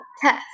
test